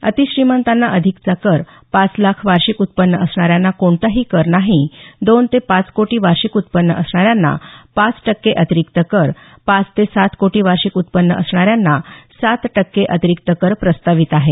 अतिश्रींमतांना अधिकचा कर पाच लाख वार्षिक उत्पन्न असणाऱ्यांना कोणताही कर नाही दोन ते पाच कोटी वार्षिक उत्पन्न असणाऱ्यांना पाच टक्के अतिरिक्त कर पाच ते सात कोटी वार्षिक उत्पन्न असणाऱ्यांना सात टक्के अतिरिक्त कर प्रस्तावित आहे